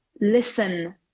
listen